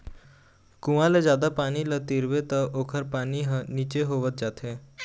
कुँआ ले जादा पानी ल तिरबे त ओखर पानी ह नीचे होवत जाथे